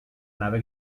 nave